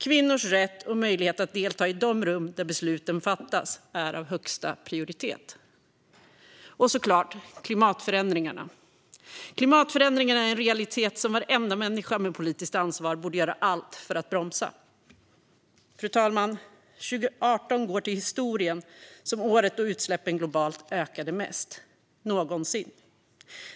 Kvinnors rätt och möjlighet att delta i de rum där besluten fattas är av högsta prioritet. Det handlar såklart också om klimatförändringarna. Klimatförändringarna är en realitet som varenda människa med politiskt ansvar borde göra allt för att bromsa. Fru talman! År 2018 går till historien som året då utsläppen globalt ökat mest någonsin.